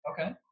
Okay